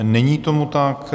Není tomu tak.